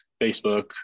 Facebook